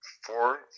Four